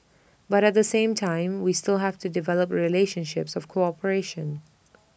but at the same time we still have to develop relationships of cooperation